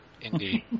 Indeed